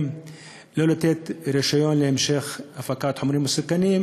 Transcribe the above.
לא לתת רישיון להמשך הפקת חומרים מסוכנים,